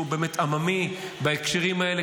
הוא באמת עממי בהקשרים האלה,